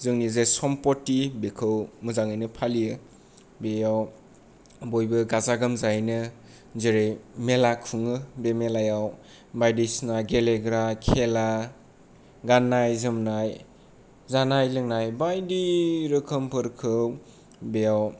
जोंनि जे सम्फथि बेखौ मोजाङैनो फालियो बेयाव बयबो गाजा गोमजायैनो जेरै मेला खुङो बे मेलायाव बायदिसिना गेलेग्रा खेला गाननाय जोमनाय जानाय लोंनाय बायदि रोखोमफोरखौ बेयाव